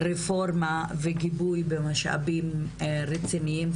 רפורמה וגיבוי במשאבים רציניים.